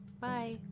bye